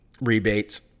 rebates